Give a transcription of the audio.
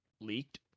leaked